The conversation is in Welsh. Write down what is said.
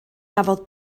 gafodd